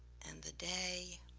and the day,